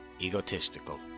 egotistical